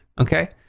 okay